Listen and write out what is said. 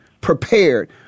prepared